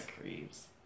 creeps